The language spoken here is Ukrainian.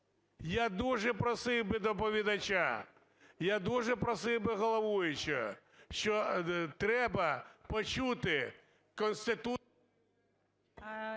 Я дуже просив би доповідача, я дуже просив би головуючого, що треба почути… ГОЛОВУЮЧИЙ.